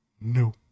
no